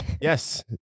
Yes